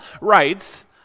writes